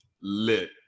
lit